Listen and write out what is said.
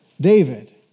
David